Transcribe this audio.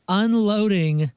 unloading